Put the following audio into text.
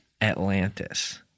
Atlantis